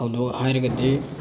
ꯊꯧꯗꯣꯛ ꯍꯥꯏꯔꯒꯗꯤ